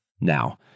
Now